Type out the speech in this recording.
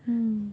mm